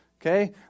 okay